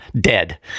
dead